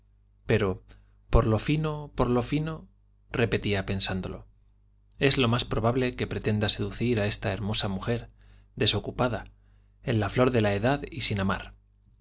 pero por lo fino por lo fino repetía pensándolo es lo más probable que pretenda seducir a esta hermosa mujer desocupada en la flor de la edad y sin amar